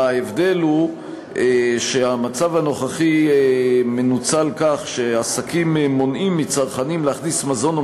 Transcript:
ההבדל הוא שהמצב הנוכחי מנוצל כך שעסקים מונעים מצרכנים להכניס מזון או